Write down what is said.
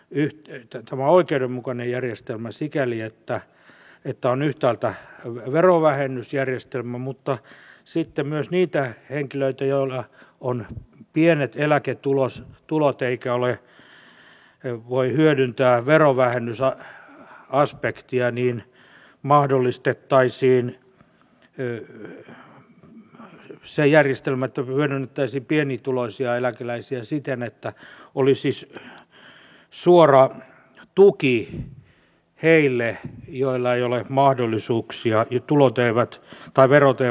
tämä on oikeudenmukainen järjestelmä sikäli että on yhtäältä verovähennysjärjestelmä mutta sitten myös niille henkilöille joilla on pienet eläketulot ja jotka eivät voi hyödyntää verovähennysaspektia mahdollistettaisiin se järjestelmä että se hyödyttäisi pienituloisia eläkeläisiä siten että olisi suora tuki heille joilla ei ole mahdollisuuksia ja verot eivät riitä verovähennyksiin